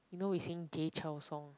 you know we sing jay chou song